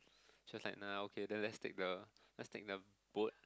she was like nah okay let's take the let's take the boat